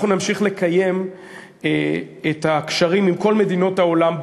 אנחנו נמשיך לקיים את הקשרים עם כל מדינות העולם,